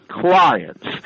clients